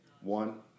one